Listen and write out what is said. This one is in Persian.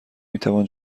میتوان